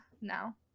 now